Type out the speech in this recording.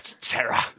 Terror